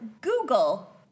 Google